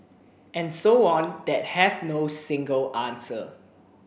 and so on that have no single answer